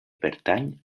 pertany